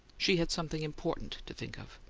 she had something important to think of.